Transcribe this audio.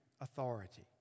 authority